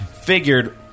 Figured